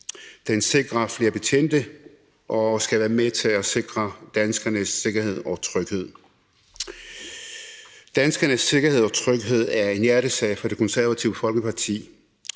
Den sikrer flere betjente og skal være med til at sikre danskernes sikkerhed og tryghed. Danskernes sikkerhed og tryghed er en hjertesag for Det Konservative Folkeparti.